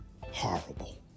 Horrible